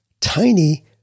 tiny